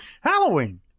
Halloween